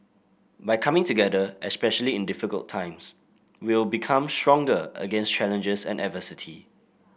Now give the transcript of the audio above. by coming together especially in difficult times we will become stronger against challenges and adversity